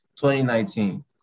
2019